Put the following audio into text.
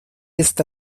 está